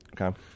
Okay